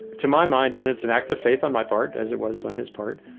to my mind and it's an act of faith on my part as it was on his part,